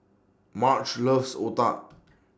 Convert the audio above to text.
Marge loves Otah